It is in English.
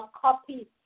copy